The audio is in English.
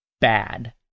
bad